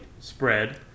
spread